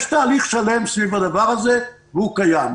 יש תהליך שלם סביב הדבר הזה והוא קיים.